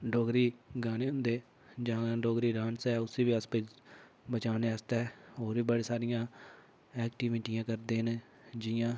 डोगरी गाने होंदे जां डोगरी डांस ऐ उसी बी अस बचाने आस्तै होर बी बड़ी सारियां ऐक्टवीटियां करदे न जियां